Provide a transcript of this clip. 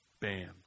bam